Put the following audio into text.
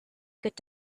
could